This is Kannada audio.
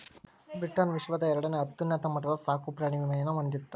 ಬ್ರಿಟನ್ ವಿಶ್ವದ ಎರಡನೇ ಅತ್ಯುನ್ನತ ಮಟ್ಟದ ಸಾಕುಪ್ರಾಣಿ ವಿಮೆಯನ್ನ ಹೊಂದಿತ್ತ